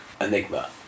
Enigma